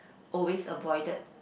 always avoided